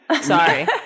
Sorry